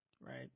right